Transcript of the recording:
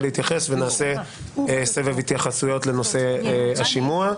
להתייחס ונעשה סבב התייחסויות לנושא השימוע,